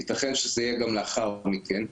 ייתכן שזה יהיה גם לאחר מכן,